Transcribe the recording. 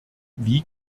wie